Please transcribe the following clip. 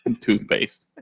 toothpaste